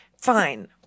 fine